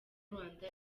rwanda